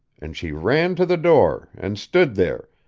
and she ran to the door, and stood there,